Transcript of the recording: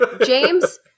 James